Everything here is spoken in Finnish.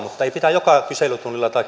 joka kyselytunnilla taikka